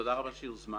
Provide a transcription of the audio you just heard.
תודה רבה שהוזמנו.